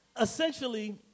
essentially